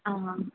ആ ആ